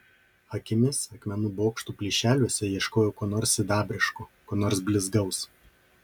akimis akmenų bokštų plyšeliuose ieškojau ko nors sidabriško ko nors blizgaus